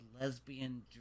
lesbian